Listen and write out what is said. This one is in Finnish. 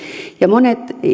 ja monet